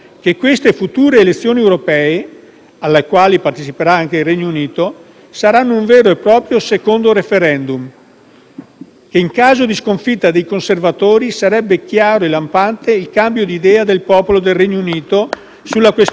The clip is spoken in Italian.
alle quali parteciperà anche il Regno Unito, saranno un vero e proprio secondo *referendum*. In caso di sconfitta dei conservatori sarebbe chiaro e lampante il cambio di idea del popolo del Regno Unito sulla questione Brexit.